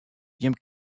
jimme